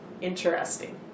Interesting